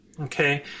okay